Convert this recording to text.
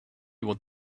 what